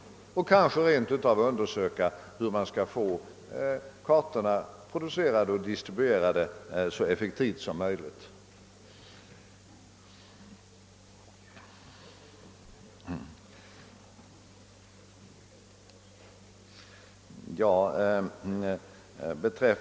Kanske man rent av måste undersöka på nytt hur man skall få kartorna producerade och distribuerade så effektivt och billigt som möjligt?